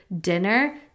dinner